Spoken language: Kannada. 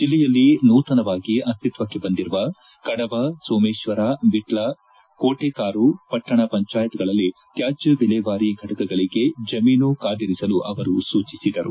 ಬೆಲ್ಲೆಯಲ್ಲಿ ನೂತನವಾಗಿ ಅಸ್ತಿತ್ವಕ್ಕೆ ಬಂದಿರುವ ಕಡಬ ಸೋಮೇಶ್ವರ ವಿಟ್ಲ ಕೋಟೆಕಾರು ಪಟ್ಟಣ ಪಂಚಾಯತ್ಗಳಲ್ಲಿ ತ್ಯಾಜ್ಯ ವಿಲೇವಾರಿ ಘಟಕಗಳಗೆ ಜಮೀನು ಕಾದಿರಿಸಲು ಅವರು ಸೂಚಿಸಿದರು